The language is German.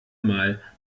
mal